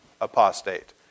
apostate